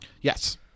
yes